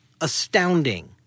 astounding